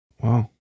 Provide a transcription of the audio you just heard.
Wow